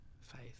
faith